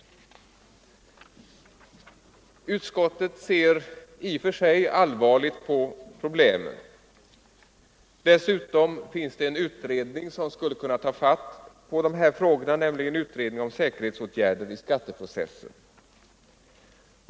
Utskottet ser i och för sig allvarligt på problemen. Dessutom finns det en utredning som skulle kunna behandla dessa frågor, nämligen utredningen om säkerhetsåtgärder i skatteprocessen.